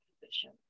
position